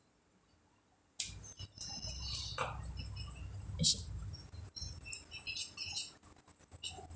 actually